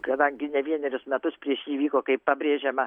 kadangi ne vienerius metus prieš jį vyko kaip pabrėžiama